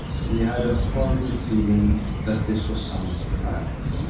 he had a horrible feeling that this was some trap.